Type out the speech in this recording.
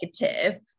negative